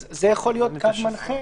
זה יכול להיות קו מנחה.